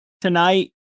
tonight